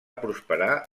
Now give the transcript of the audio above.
prosperar